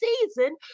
season